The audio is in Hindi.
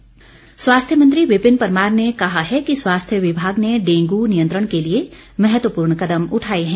परमार स्वास्थ्य मंत्री विपिन परमार ने कहा है कि स्वास्थ्य विभाग ने डेंगू नियंत्रण के लिए महत्वपूर्ण कदम उठाए हैं